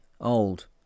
old